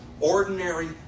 ordinary